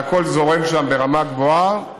שהכול זורם שם ברמה גבוהה.